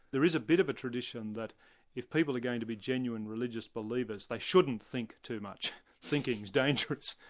there is a bit of a tradition that if people are going to be genuine religious believers, they shouldn't think too much thinking's dangerous.